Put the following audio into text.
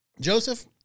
Joseph